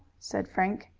said frank.